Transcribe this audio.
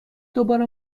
دوباره